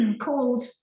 called